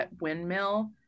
Windmill